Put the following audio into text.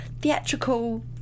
theatrical